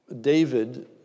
David